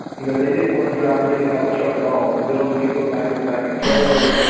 you know, they didn't want the driver getting out of the truck at all. the bills will be put back in the back of the trailer.